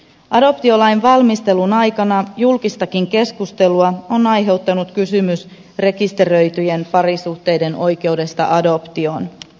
adoptiolain valmistelun aikana julkistakin keskustelua on aiheuttanut kysymys rekisteröityjen parisuhteiden oikeudesta adoptioon